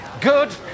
Good